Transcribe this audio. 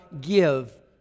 give